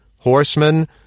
horsemen